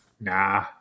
Nah